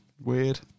Weird